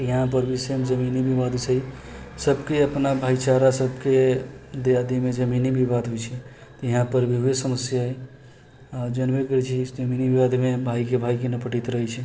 तऽ यहाँपर भी सेम जमीनी विवाद वइसे ही सबके अपना भाइचारा सबके दियादीमे जमीनी विवाद होइ छै तऽ यहाँपर वही समस्या हइ जानबे करै छी इस जमीनी विवादमे भाइके भाइके नहि पटैत रहै छै